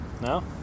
No